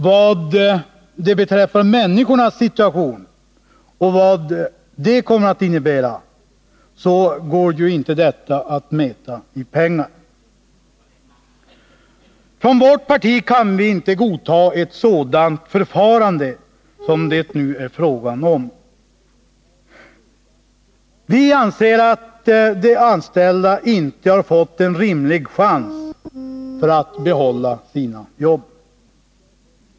Och vad detta kommer att innebära för människornas situation går inte att mäta i pengar. Från vårt parti kan vi inte godta ett sådant förfarande som det nu är fråga om. Vi anser att de anställda inte har fått en rimlig chans att behålla sina jobb.